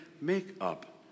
makeup